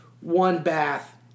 one-bath